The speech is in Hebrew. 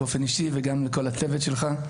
באופן אישי וגם לכל הצוות שלך,